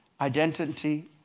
Identity